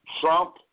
Trump